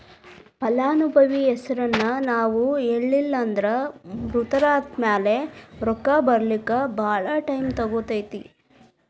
ಫಲಾನುಭವಿ ಹೆಸರನ್ನ ನಾವು ಹೇಳಿಲ್ಲನ್ದ್ರ ಮೃತರಾದ್ಮ್ಯಾಲೆ ರೊಕ್ಕ ಬರ್ಲಿಕ್ಕೆ ಭಾಳ್ ಟೈಮ್ ತಗೊತೇತಿ